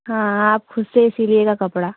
हाँ आप ख़ुद से ही सिलियेगा कपड़ा